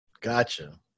Gotcha